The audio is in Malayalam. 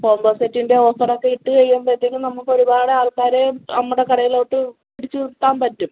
കോമ്പോസെറ്റിന്റെ ഓഫാറൊക്കെ ഇട്ട് കഴിയമ്പോഴത്തേക്കും നമ്മുടെ കടയിൽ ഒരുപാട് ആൾക്കാർ നമ്മുടെ കാടയിലോട്ട് പിടിച്ച് നിർത്താൻ പറ്റും